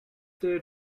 there